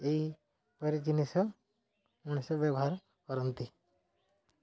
ଏହିପରି ଜିନିଷ ମଣିଷ ବ୍ୟବହାର କରନ୍ତି